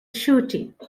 shooting